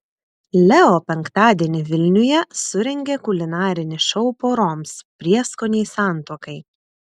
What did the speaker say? leo penktadienį vilniuje surengė kulinarinį šou poroms prieskoniai santuokai